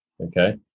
okay